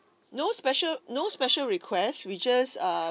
no special no special requests we just err